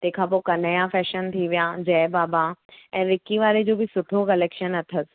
तंहिं खां पोइ कन्हैया फ़ैशन थी विया जय बाबा ऐं विकी वारे जो बि सुठी कलेक्शन अथसि